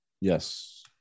yes